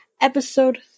episode